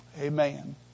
Amen